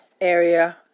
area